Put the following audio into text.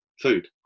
food